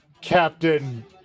Captain